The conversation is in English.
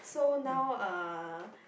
so now uh